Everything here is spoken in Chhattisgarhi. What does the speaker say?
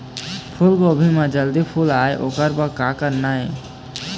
फूलगोभी म जल्दी फूल आय ओकर बर का करना ये?